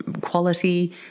quality